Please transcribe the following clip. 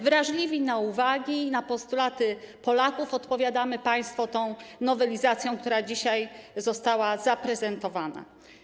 Wrażliwi na uwagi i na postulaty Polaków, odpowiadamy państwu tą nowelizacją, która dzisiaj została zaprezentowana.